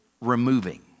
removing